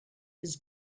his